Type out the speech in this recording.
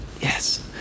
Yes